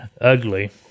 ugly